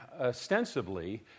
ostensibly